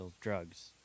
drugs